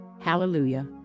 Hallelujah